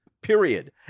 period